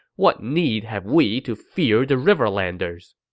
what need have we to fear the riverlanders?